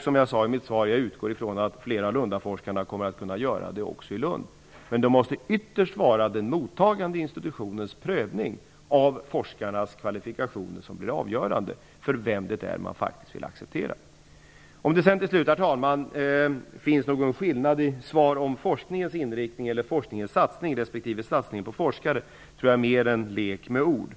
Som jag sade i mitt svar, utgår jag från att flera Lundaforskare kommer att kunna göra detsamma i Lund. Det måste ytterst vara den mottagande institutionens prövning av forskarnas kvalifikationer som blir avgörande för vem man faktiskt vill acceptera. Om det till slut finns någon skillnad i svaret mellan forskningens inriktning eller satsning och satsningen på forskare tror jag mer är en lek med ord.